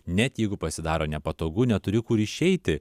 net jeigu pasidaro nepatogu neturiu kur išeiti